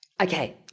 Okay